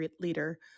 leader